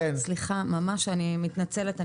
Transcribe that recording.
אני מתנצלת,